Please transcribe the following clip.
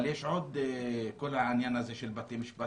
אבל יש עוד כל העניין הזה של בתי משפט